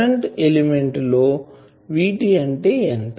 current element లో VTఅంటే ఎంత